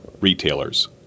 retailers